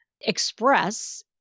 express